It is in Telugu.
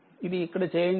ఇదిఇక్కడ చేయండి